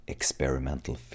Experimental